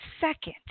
second